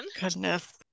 Goodness